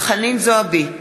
חנין זועבי,